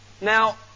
Now